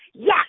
Yes